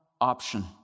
option